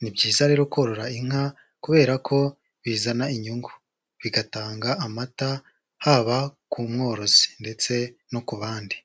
ni byiza rero korora inka kubera ko bizana inyungu, bigatanga amata haba ku mworozi ndetse no ku bandi.